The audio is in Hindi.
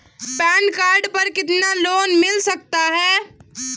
पैन कार्ड पर कितना लोन मिल सकता है?